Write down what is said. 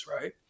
right